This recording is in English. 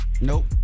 Nope